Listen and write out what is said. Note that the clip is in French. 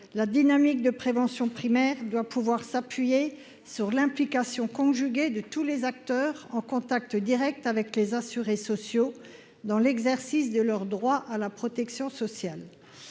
la dynamique de prévention primaire doit pouvoir s'appuyer sur l'implication conjuguée de tous les acteurs en contact Direct avec les assurés sociaux dans l'exercice de leur droit à la protection sociale,